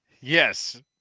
yes